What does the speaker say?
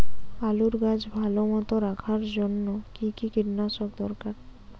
আলুর গাছ ভালো মতো রাখার জন্য কী কী কীটনাশক দরকার?